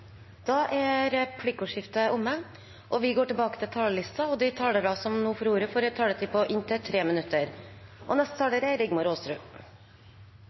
er omme. De talere som heretter får ordet, har en taletid på inntil 3 minutter. Smitteverntiltak og